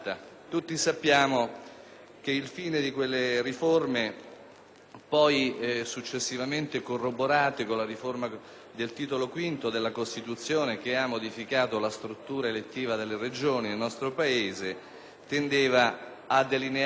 poi successivamente corroborate con la riforma del Titolo V della Costituzione, che ha modificato la struttura elettiva delle Regioni nel nostro Paese, era quello di delineare un quadro di stabilizzazione politica degli amministratori locali,